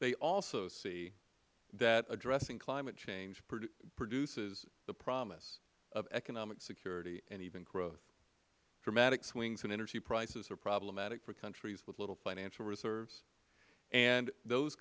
they also see that addressing climate change produces the promise of economic security and even growth dramatic swings in energy prices are problematic for countries with little financial reserves and those